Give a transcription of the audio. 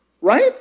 Right